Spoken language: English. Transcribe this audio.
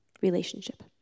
Relationship